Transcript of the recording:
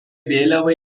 vėliava